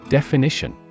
Definition